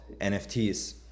NFTs